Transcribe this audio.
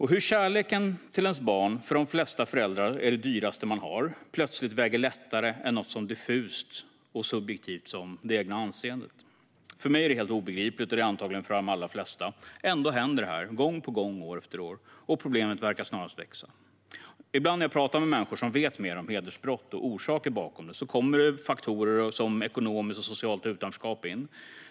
Hur kärleken till ens barn, som för de flesta föräldrar är det dyraste man har, plötsligt väger lättare än något så diffust och subjektivt som det egna anseendet är helt obegripligt för mig, och det är det antagligen för de allra flesta. Ändå händer det här gång på gång och år efter år, och problemet verkar snarast växa. Ibland när jag talar med människor som vet mer om hedersbrott och orsaker bakom visar de att faktorer som ekonomiskt och socialt utanförskap spelar in.